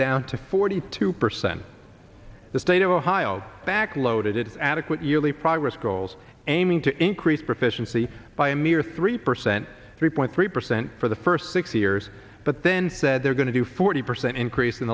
down to forty two percent the state of ohio back loaded adequate yearly progress goals aiming to increase proficiency by a mere three percent three point three percent for the first six years but then said they're going to do forty percent increase in